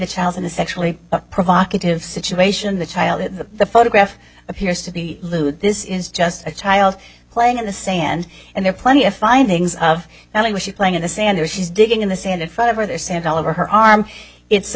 child in the sexually provocative situation the child at the photograph appears to be lewd this is just a child playing in the sand and there are plenty of findings of elisha playing in the sand there she's digging in the sand in front of her there's sand all over her arm it's a